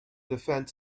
defend